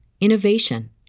innovation